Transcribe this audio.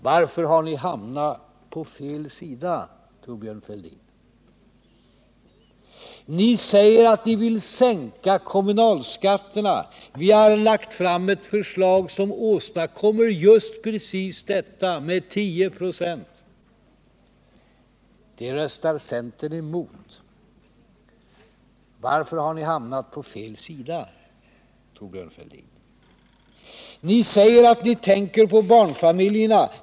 Varför har ni hamnat på fel sida, Thorbjörn Fälldin? Ni säger att ni vill sänka kommunalskatterna. Vi har lagt fram ett förslag som åstadkommer just detta — med 10 926. Det röstar centern emot. Varför har ni hamnat på fel sida, Thorbjörn Fälldin? Ni säger att ni tänker på barnfamiljerna.